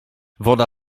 woda